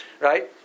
right